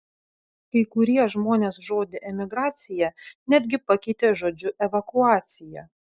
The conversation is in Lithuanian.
kai kurie žmonės žodį emigracija netgi pakeitė žodžiu evakuacija